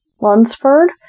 Lunsford